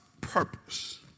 purpose